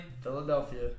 Philadelphia